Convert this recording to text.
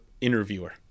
interviewer